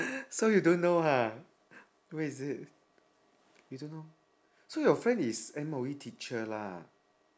so you don't know ha where is it you don't know so your friend is M_O_E teacher lah